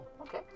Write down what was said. okay